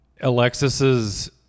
Alexis's